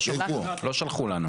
לא שלחו לנו.